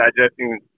digesting